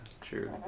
true